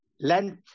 length